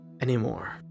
anymore